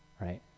right